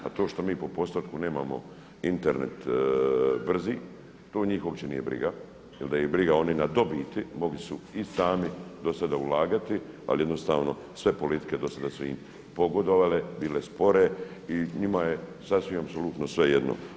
A to što mi po postotku nemamo Internet brzi to njih uopće nije briga jer da ih je briga oni na dobiti mogli su i sami do sada ulagati ali jednostavno sve politike do sada su im pogodovale, bile spore i njima je sasvim apsolutno svejedno.